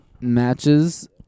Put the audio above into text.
matches